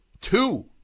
two